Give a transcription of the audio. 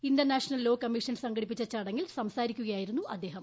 international law commission സംഘടിപ്പിച്ച ചടങ്ങിൽ സംസാരിക്കുകയായിരുന്നു അദ്ദേഹം